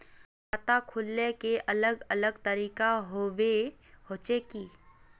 खाता खोले के अलग अलग तरीका होबे होचे की?